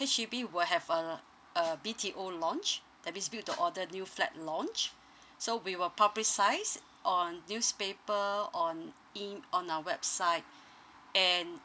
H_D_B will have a l~ a B_T_O launch that means built to order new flat launch so we will publicise on newspaper on em~ on our website and